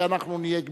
ואנחנו נהיה גמישים.